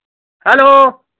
hello